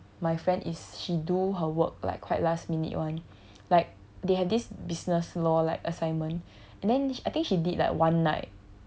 my friend is she do her work like quite last minute [one] like they had this business lor like assignment and then I think she did like one night